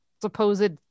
supposed